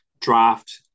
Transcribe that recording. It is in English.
draft